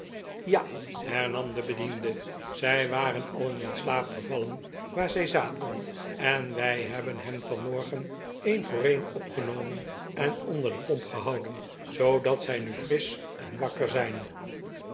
ja zeker hernam de bediende zij waren alien in slaap gevallen waar zij zaten en wij hebben hen van morgen een voor een opgenomen en onder de pomp gehouden zoodat zij nu frisch en wakker zijn